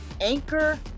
Anchor